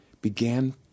began